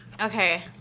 Okay